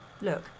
look